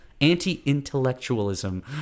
anti-intellectualism